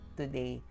today